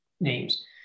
names